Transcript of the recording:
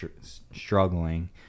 struggling